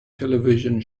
television